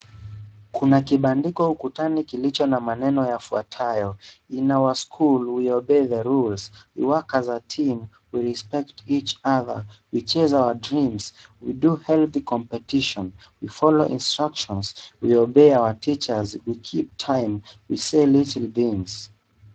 Kuna kibandiko ukutani kilicho na maneno yafuatayo; in our school we obey the rules, we work as a team, we respect each other, we chase our dreams, we do healthy competition, we follow instructions, we obey teachers, we keep time, we say little things .